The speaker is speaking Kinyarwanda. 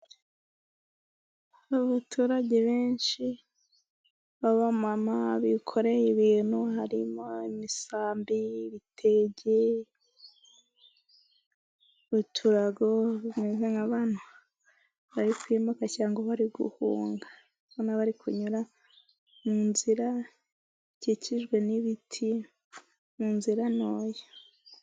Abaturage benshi babamama bikoreye ibintu harimo imisambi, ibitege, uturago bameze nk'abantu bari kwimuka cyangwa bari guhunga mbona bari kunyura mu nzira ikikijwe n'ibiti mu nzira ntoya.